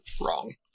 wrong